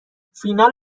فینال